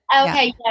Okay